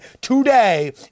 today